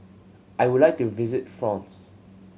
I would like to visit France